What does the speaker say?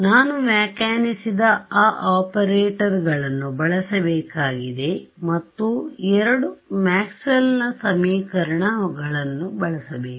ನಾನು ವ್ಯಾಖ್ಯಾನಿಸಿದ ಆ ಆಪರೇಟರ್ಗಳನ್ನು ಬಳಸಬೇಕಾಗಿದೆ ಮತ್ತು ಎರಡು ಮ್ಯಾಕ್ಸ್ವೆಲ್ನ ಸಮೀಕರಣMaxwell's equationsಗಳನ್ನು ಬಳಸಬೇಕು